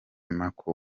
markle